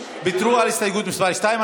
ויתרו על הסתייגות מס' 2,